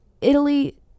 Italy